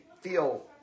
feel